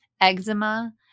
eczema